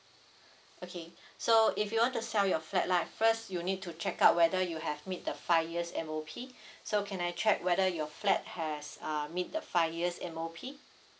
okay so if you want to sell your flat right first you need to check out whether you have meet the five years M_O_P so can I check whether your flat has uh meet the five years M_O_P